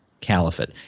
caliphate